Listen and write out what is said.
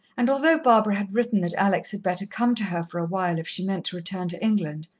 and although barbara had written that alex had better come to her for a while if she meant to return to england,